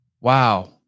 Wow